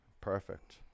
Perfect